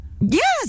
Yes